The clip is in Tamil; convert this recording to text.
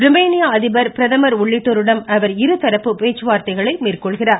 ருமேனிய அதிபர் பிரதமர் உள்ளிட்டோருடன் அவர் இருதரப்பு பேச்சுவார்த்தைகளை மேற்கொள்கிறார்